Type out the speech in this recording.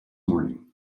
morning